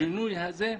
השינוי הזה,